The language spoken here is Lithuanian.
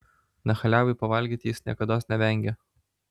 nachaliavai pavalgyti jis niekados nevengia